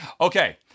Okay